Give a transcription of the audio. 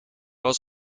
was